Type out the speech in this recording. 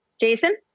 Jason